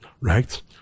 Right